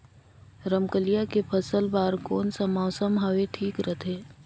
रमकेलिया के फसल बार कोन सा मौसम हवे ठीक रथे?